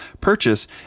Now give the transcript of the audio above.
purchase